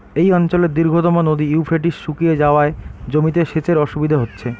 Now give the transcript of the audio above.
এই অঞ্চলের দীর্ঘতম নদী ইউফ্রেটিস শুকিয়ে যাওয়ায় জমিতে সেচের অসুবিধে হচ্ছে